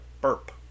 burp